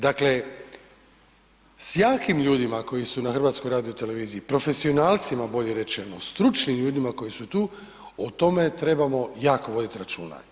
Dakle, s jakim ljudima koji su na HRT-u, profesionalcima bolje rečeno, stručnim ljudima koji su tu, o tome trebamo jako vodit računa.